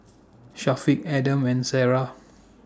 Syafiq Adam and Sarah